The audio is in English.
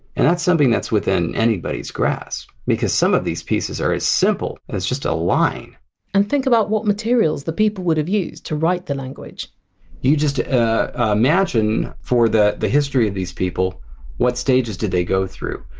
and that's something that's within anybody's grasp, because some of these pieces are as simple as just a line and think about what materials the people would have used to write the language you just ah imagine for the the history of these people what stages did they go through?